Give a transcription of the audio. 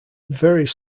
various